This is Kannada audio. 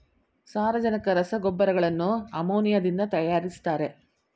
ಸಾರಜನಕ ರಸಗೊಬ್ಬರಗಳನ್ನು ಅಮೋನಿಯಾದಿಂದ ತರಯಾರಿಸ್ತರೆ